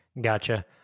Gotcha